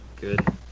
Good